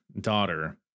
daughter